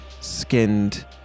skinned